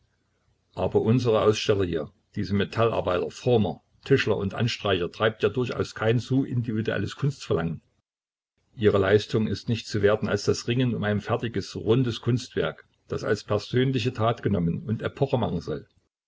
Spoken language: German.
aber unsere aussteller hier diese metallarbeiter former tischler und anstreicher treibt ja durchaus kein so individuelles kunstverlangen ihre leistung ist nicht zu werten als das ringen um ein fertiges rundes kunstwerk das als persönliche tat genommen und epoche machen soll